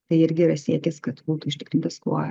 tai irgi yra siekis kad būtų užtikrintas kuo